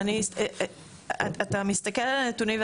אתה מסתכל על הנתונים,